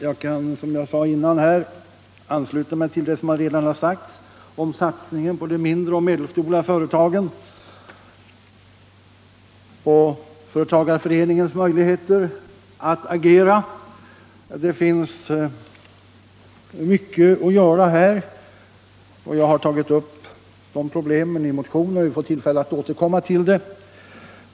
Jag kan, som jag tidigare nämnde, ansluta mig till det som redan sagts om satsningen på de mindre och de medelstora företagen och företagareföreningens möjlighet att agera. Det finns mycket att göra här. Jag har tagit upp de problemen i motioner, så vi får möjlighet att återkomma till dem.